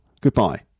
goodbye